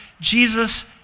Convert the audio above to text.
Jesus